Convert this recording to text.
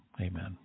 Amen